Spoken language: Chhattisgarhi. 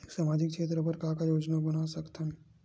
सामाजिक क्षेत्र बर का का योजना बना सकत हन?